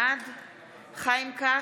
בעד חיים כץ,